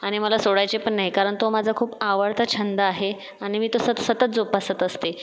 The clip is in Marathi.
आणि मला सोडायची पण नाही कारण तो माझा खूप आवडता छंद आहे आणि मी तो सत् सतत जोपासत असते